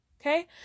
Okay